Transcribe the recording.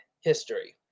history